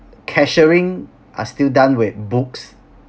cashiering are still done with books